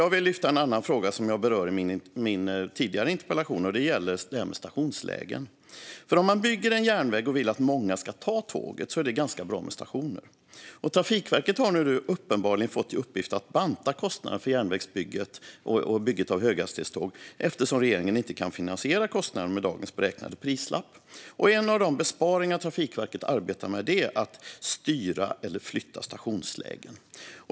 Jag vill lyfta fram en annan fråga som jag berörde i min tidigare interpellation, och det gäller det här med stationslägen. Om man bygger en järnväg och vill att många ska ta tåget är det ganska bra med stationer. Trafikverket har nu uppenbarligen fått i uppgift att banta kostnaderna för järnvägsbygget och bygget av höghastighetståg eftersom regeringen inte kan finansiera kostnaden med dagens beräknade prislapp. En av de besparingar som Trafikverket arbetar med är att styra eller flytta stationslägen.